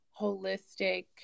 holistic